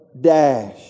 dash